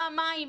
מה המים?